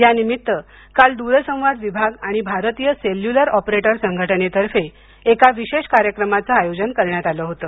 या निमित्त काल दूरसंवाद विभाग आणि भारतीय सेल्युलर ऑपरेटर संघटनेतर्फे एका विशेष कार्यक्रमाचं आयोजन करण्यात आलं होते